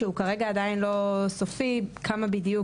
כשכרגע עדיין לא נקבע סופית כמה בדיוק